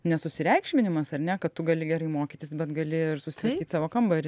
ne susireikšminimas ar ne kad tu gali gerai mokytis bet gali ir susitvarkyt savo kambarį